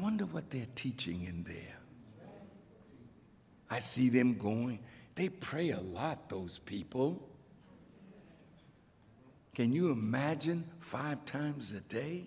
wonder what they're teaching in the i see them going they pray a lot those people can you imagine five times a day